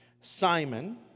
Simon